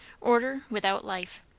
order without life.